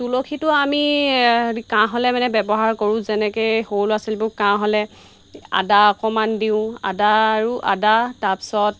তুলসীটো আমি কাহ হ'লে মানে ব্যৱহাৰ কৰোঁ যেনেকৈ সৰু ল'ৰা ছোৱালীবোৰ কাহ হ'লে আদা অকণমান দিওঁ আদা আৰু আদা তাৰপিছত